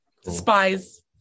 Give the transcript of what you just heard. Spies